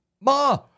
Ma